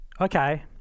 Okay